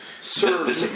sir